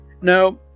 now